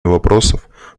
вопросов